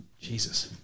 Jesus